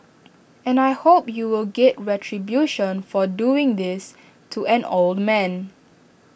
and I hope you will get retribution for doing this to an old man